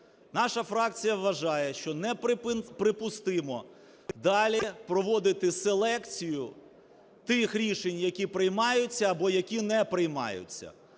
Наша фракція вважає, що неприпустимо далі проводити селекцію тих рішень, які приймаються або які не приймаються.